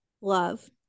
love